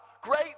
great